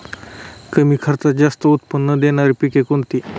कमी खर्चात जास्त उत्पाद देणारी पिके कोणती?